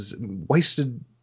wasted